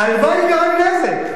הלוואי ייגרם נזק.